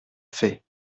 fait